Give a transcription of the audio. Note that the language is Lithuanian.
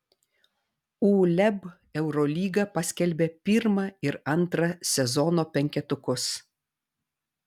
uleb eurolyga paskelbė pirmą ir antrą sezono penketukus